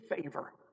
favor